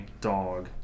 dog